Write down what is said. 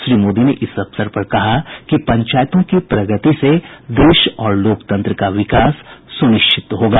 श्री मोदी ने इस अवसर पर कहा कि पंचायतों की प्रगति से देश और लोकतंत्र का विकास सुनिश्चित होगा